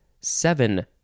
Seven